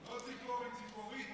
לא ציפורי,